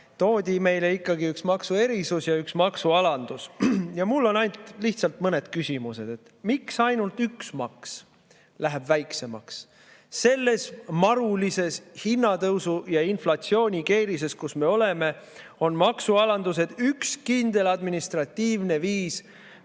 Meile ikkagi toodi üks maksuerisus ja üks maksualandus. Mul on lihtsalt mõned küsimused. Miks ainult üks maks läheb väiksemaks? Selles marulises hinnatõusu- ja inflatsioonikeerises, kus me oleme, on maksualandused üks kindel administratiivne viis